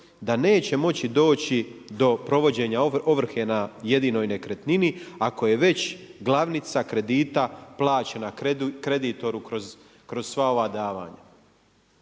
da neće moći doći do provođenja ovrhe na jedinoj nekretnini, ako je već glavnica kredita plaćena kreditoru kroz sva ova davanja.